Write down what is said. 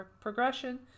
progression